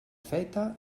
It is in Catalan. feta